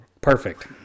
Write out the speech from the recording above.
perfect